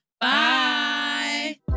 Bye